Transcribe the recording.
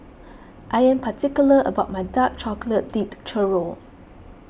I am particular about my Dark Chocolate Dipped Churro